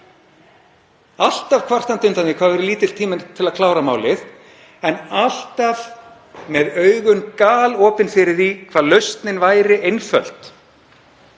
alltaf kvartandi undan því hve lítill tími væri til að klára málið en þó alltaf með augun galopin fyrir því hvað lausnin væri einföld.